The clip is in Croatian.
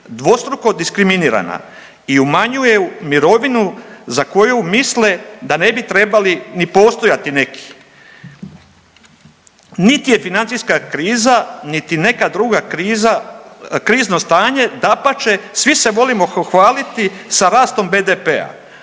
dvostruko diskriminirana i umanjuju mirovinu za koju misle da ne bi trebali ni postojati neki. Niti je financijska kriza, niti neka druga kriza, krizno stanje, dapače svi se volimo hvaliti sa rastom BDP-a,